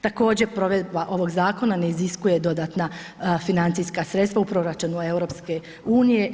Također provedba ovog zakona ne iziskuje dodatna financijska sredstva u proračunu EU.